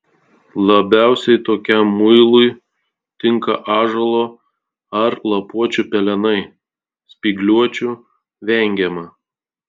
labiausiai tokiam muilui tinka ąžuolo ar lapuočių pelenai spygliuočių vengiama